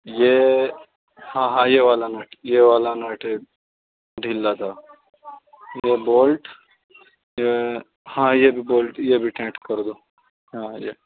یہ ہاں ہاں یہ والا نٹ یہ والا نٹ ڈھیلا تھا یہ بولٹ یہ ہاں یہ بھی بولٹ یہ بھی ٹائٹ کر دو ہاں یہ